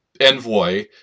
envoy